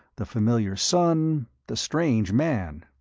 the familiar sun, the strange man.